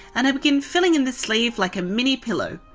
and i begin filling in the sleeve like a mini pillow.